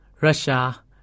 Russia